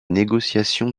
négociations